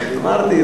אמרתי,